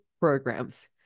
programs